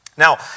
Now